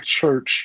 church